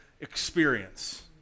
experience